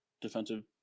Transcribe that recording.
defensive